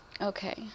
Okay